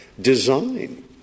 design